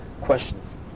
questions